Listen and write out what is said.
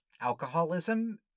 alcoholism